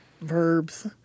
verbs